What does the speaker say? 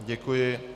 Děkuji.